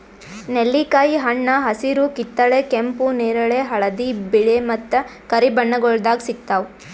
ನೆಲ್ಲಿಕಾಯಿ ಹಣ್ಣ ಹಸಿರು, ಕಿತ್ತಳೆ, ಕೆಂಪು, ನೇರಳೆ, ಹಳದಿ, ಬಿಳೆ ಮತ್ತ ಕರಿ ಬಣ್ಣಗೊಳ್ದಾಗ್ ಸಿಗ್ತಾವ್